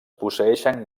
posseeixen